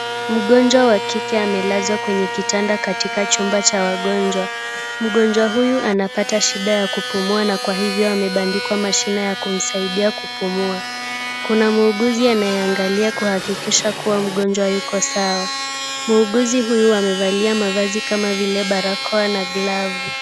Mgonjwa wa kike amelazwa kwenye kitanda katika chumba cha wagonjwa. Mgonjwa huyu anapata shida ya kupumua na kwa hivyo amebandikwa mashine ya kumsaidia kupumua. Kuna muuguzi anayeangalia kuhakikisha kuwa mgonjwa yuko sawa. Muuguzi huyu amevalia mavazi kama vile barakoa na glavu.